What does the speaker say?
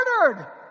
murdered